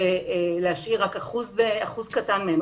ולהשאיר רק אחוז קטן מהם.